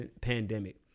pandemic